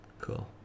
cool